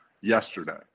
yesterday